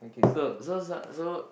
so so so so